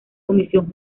comisión